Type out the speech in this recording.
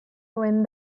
duen